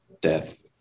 death